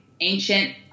ancient